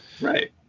Right